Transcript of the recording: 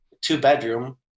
two-bedroom